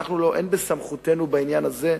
אין בסמכותנו בעניין הזה,